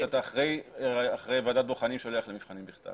שאחראי ועדת בוחנים שולח למבחנים בכתב,